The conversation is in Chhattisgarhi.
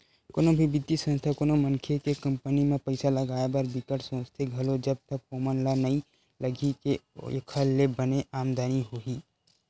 कोनो भी बित्तीय संस्था कोनो मनखे के कंपनी म पइसा लगाए बर बिकट सोचथे घलो जब तक ओमन ल नइ लगही के एखर ले बने आमदानी होही